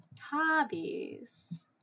hobbies